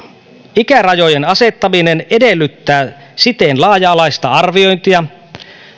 ikärajojen asettaminen edellyttää siten laaja alaista arviointia